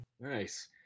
nice